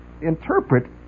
interpret